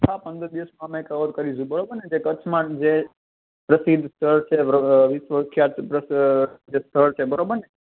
આખા પંદર દિવસમાં અમે કવર કરીશું બરાબરને જે કચ્છમાં જે પ્રસિદ્ધ સ્થળ છે બર અ વિશ્વ વિખ્યાત પ્લસ અઅ જે સ્થળ છે બરાબર ને